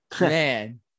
Man